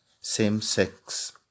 same-sex